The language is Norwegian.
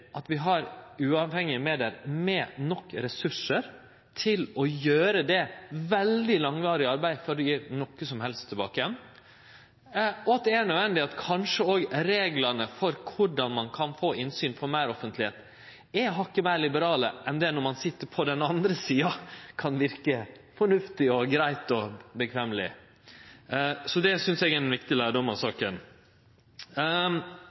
at vi har uavhengige medier med nok ressursar til å gjere det veldig langvarige arbeidet før det gjev noko som helst tilbake, og at det kanskje er nødvendig at reglane for korleis ein kan få innsyn – få meir offentlegheit – er hakket meir liberale enn når ein sit på den andre sida, og det kan verke fornuftig, greitt og komfortabelt. Så det synest eg er ein viktig lærdom av